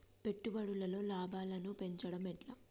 పెట్టుబడులలో లాభాలను పెంచడం ఎట్లా?